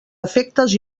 efectes